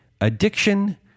addiction